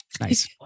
Nice